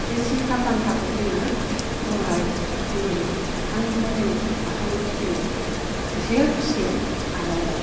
बे सिलखाप बान्थाखौ जोङो जवाहरलाल नेहरु बिथांनिफ्राय जों आखाइनिफ्राय जोङो गोसो खुसियै आजावबाय